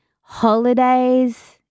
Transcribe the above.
holidays